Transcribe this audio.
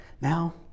now